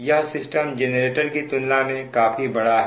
यह system generator की तुलना में काफी बड़ा है